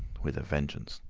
with a vengeance.